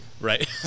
Right